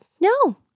no